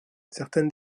certaines